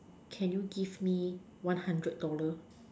can you give me one hundred dollar